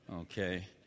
Okay